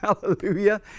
hallelujah